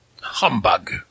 Humbug